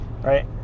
right